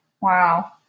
Wow